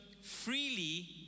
freely